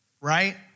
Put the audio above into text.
right